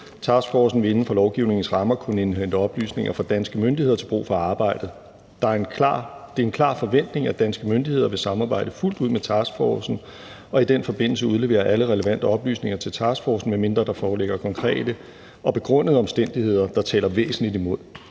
»Task forcen vil inden for lovgivningens rammer kunne indhente oplysninger fra danske myndigheder til brug for arbejdet. Det er en klar forventning, at danske myndigheder vil samarbejde fuldt ud med task forcen og i den forbindelse udlevere alle relevante oplysninger til task forcen, medmindre der foreligger konkrete og begrundede omstændigheder, der taler væsentligt imod.